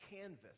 Canvas